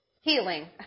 healing